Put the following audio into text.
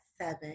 seven